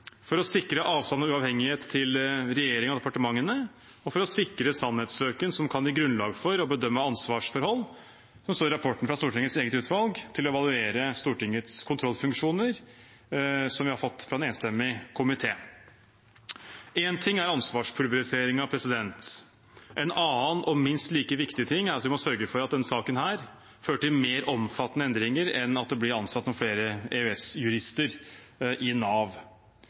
for å sikre avstand og uavhengighet til regjeringen og departementene, og for å sikre sannhetssøken som kan gi grunnlag for å bedømme ansvarsforhold, som det står i rapporten fra Stortingets eget utvalg til å evaluere Stortingets kontrollfunksjon, som vi har fått fra en enstemmig komité. Én ting er ansvarspulveriseringen. En annen og minst like viktig ting er at vi må sørge for at denne saken fører til mer omfattende endringer enn at det blir ansatt noen flere EØS-jurister i Nav.